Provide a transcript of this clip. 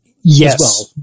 Yes